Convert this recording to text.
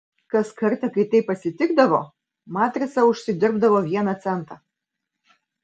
kas kartą kai taip atsitikdavo matrica užsidirbdavo vieną centą